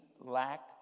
lack